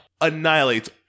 annihilates